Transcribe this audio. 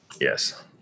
Yes